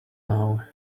now